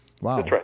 Wow